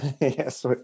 Yes